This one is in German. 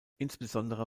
insbesondere